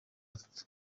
atatu